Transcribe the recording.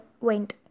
went